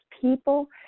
people